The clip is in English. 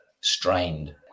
strained